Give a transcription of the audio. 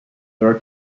their